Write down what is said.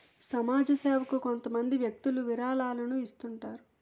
సమాజ సేవకు కొంతమంది వ్యక్తులు విరాళాలను ఇస్తుంటారు